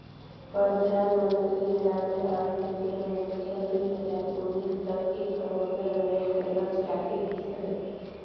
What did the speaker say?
परधानमंतरी ग्रामीण आवास योजना में बछर दुई हजार उन्नीस तक एक करोड़ घर बनाए कर लक्छ राखे गिस अहे